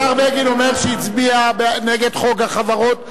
השר בגין אומר שהצביע נגד חוק החברות בטעות.